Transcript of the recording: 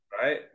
Right